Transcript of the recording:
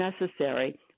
necessary